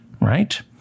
right